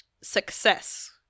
Success